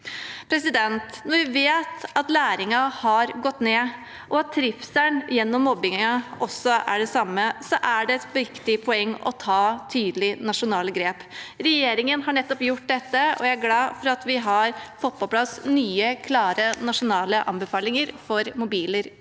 er minst. Når vi vet at læringen har gått ned og at trivselen og mobbingen også er den samme, er det et viktig poeng å ta tydelige nasjonale grep. Regjeringen har nettopp gjort dette, og jeg er glad for at vi har fått på plass nye, klare nasjonale anbefalinger for mobiler ut